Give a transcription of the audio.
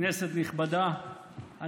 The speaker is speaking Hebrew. כנסת נכבדה,